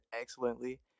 excellently